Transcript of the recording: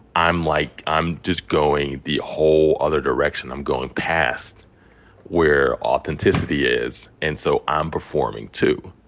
i'm like i'm just going the whole other direction. i'm going past where authenticity is and so i'm performing, too.